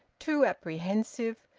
too apprehensive,